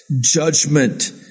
judgment